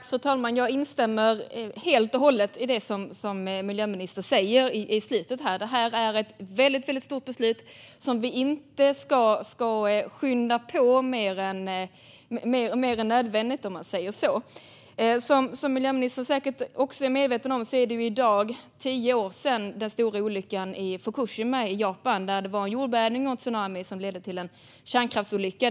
Fru talman! Jag instämmer helt och hållet i det som miljöministern sa på slutet. Detta är ett väldigt stort beslut som vi inte ska skynda på mer än nödvändigt, om vi säger så. Som miljöministern säkert är medveten om är det i dag tio år sedan den stora olyckan i Fukushima i Japan, där en jordbävning och en tsunami ledde till en kärnkraftsolycka.